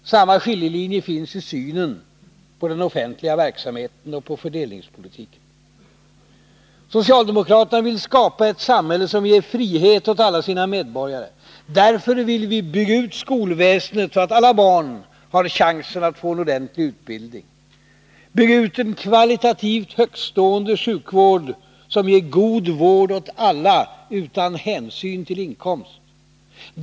Samma skiljelinjer finns i synen på den offentliga verksamheten och på fördelningspolitiken. Socialdemokraterna vill skapa ett samhälle som ger frihet åt alla sina medborgare. Därför vill vi bygga ut skolväsendet så att alla barn har chansen att få en ordentlig utbildning. Därför vill vi bygga ut en kvalitativt högtstående sjukvård, som ger god vård åt alla utan hänsyn till inkomst.